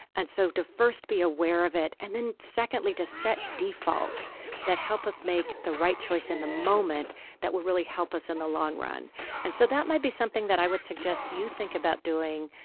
and so to first be aware of it. and then secondly to set defaults that help us make the right choice in the moment that will really help us in the long ron and so that might be something that i would suggest you think about doing.